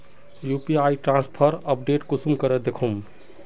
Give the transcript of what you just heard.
UPI transfer update कुंसम करे दखुम?